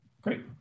Great